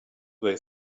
they